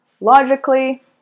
Logically